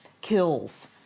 kills